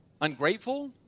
Ungrateful